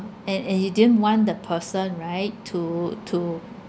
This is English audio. and and you didn't want the person right to to